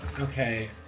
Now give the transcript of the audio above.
okay